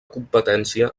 competència